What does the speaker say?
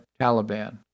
Taliban